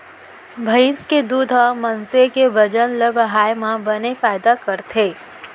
भईंस के दूद ह मनसे के बजन ल बढ़ाए म बने फायदा करथे